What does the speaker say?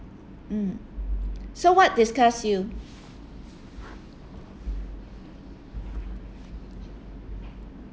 mm so what disgusts you